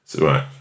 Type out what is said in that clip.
Right